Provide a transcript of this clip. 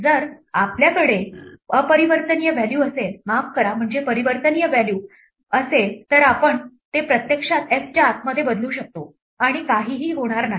जर आपल्याकडे अपरिवर्तनीय व्हॅल्यू असेलमाफ करा म्हणजे परिवर्तनीय व्हॅल्यू म तर आपण ते प्रत्यक्षात f च्या आतमध्ये बदलू शकतो आणि काहीही होणार नाही